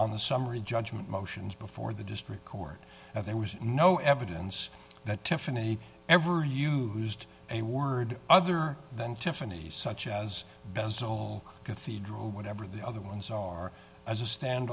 on the summary judgment motions before the district court and there was no evidence that tiffany ever used a word other than tiffany's such as bezel cathedral whatever the other ones are as a